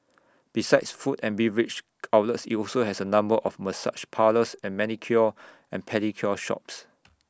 besides food and beverage outlets IT also has A number of massage parlours and manicure and pedicure shops